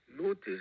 Notice